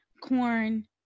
corn